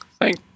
Thank